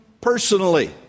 personally